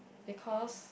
because